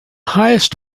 highest